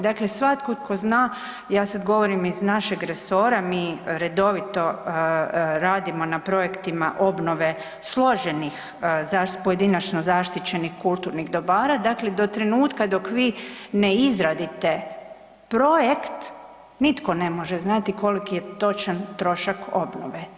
Dakle, svatko tko zna ja sad govorim iz našeg resora mi redovito radimo na projektima obnove složenih pojedinačno zaštićenih kulturnih dobara, dakle do trenutka dok vi ne izradite projekt nitko ne može znati koliki je točan trošak obnove.